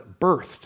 birthed